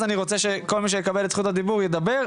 אני רוצה שכל מי שיקבל את זכות הדיבור ידבר,